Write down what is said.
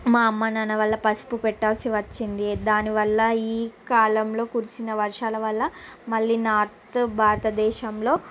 మా అమ్మ నాన్న వాళ్ళు పసుపు పెట్టాల్సి వచ్చింది దాని వల్ల ఈ కాలంలో కురిసిన వర్షాల వల్ల మళ్ళీ నార్త్ భారతదేశంలో